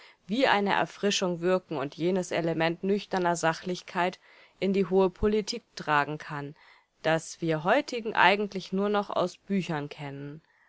wie eine erfrischung wirken und jenes element nüchterner sachlichkeit in die hohe politik tragen kann das wir heutigen eigentlich nur noch aus büchern kennen